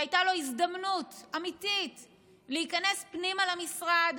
והייתה לו הזדמנות אמיתית להיכנס פנימה למשרד